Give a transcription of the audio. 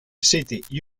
city